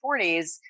40s